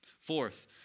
Fourth